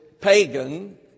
pagan